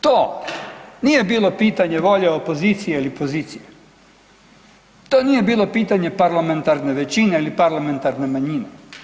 To nije bilo pitanje volje opozicije ili pozicije, to nije bilo pitanje parlamentarne većine ili parlamentarne manjine.